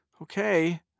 Okay